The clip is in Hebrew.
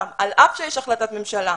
על אף שיש החלטת ממשלה,